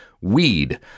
weed